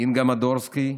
אינגה מדורסקי,